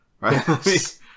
Right